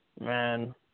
Man